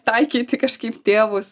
taikyti kažkaip tėvus